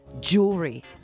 jewelry